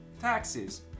taxes